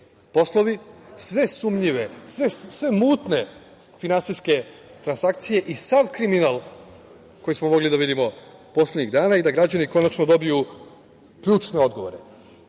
poslovi, sve sumnjive, sve mutne finansijske transakcija i sav kriminal koji smo mogli da vidimo poslednjih dana i da građani konačno dobiju ključne odgovore,